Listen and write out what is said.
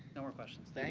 no more questions.